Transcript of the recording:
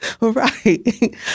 right